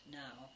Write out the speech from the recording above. now